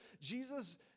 Jesus